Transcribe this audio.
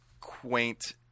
quaint